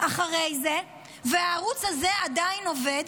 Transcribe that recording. אחרי זה הערוץ הזה עדיין עובד?